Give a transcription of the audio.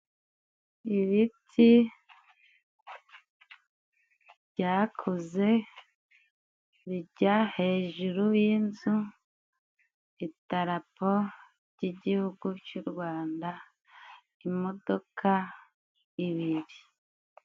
Ibiti byakuze bijya hejuru y'inzu, idarapo ry'igihugu cy'u Rwanda, imodoka ibiri.